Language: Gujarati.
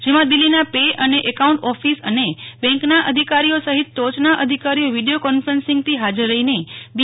જેમાં દિલ્હીના પે અને એકાઉન્ટ ઓફિસ અને બેન્કના અધિકારીઓ સહિત ટોચના અધિકારીઓ વિડીયો કોન્ફરન્સિંગ થી હાજર રહીને બી